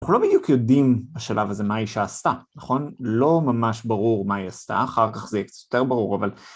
אנחנו לא בדיוק יודעים בשלב הזה מה האישה עשתה, נכון? לא ממש ברור מה היא עשתה, אחר כך זה יהיה קצת יותר ברור, אבל...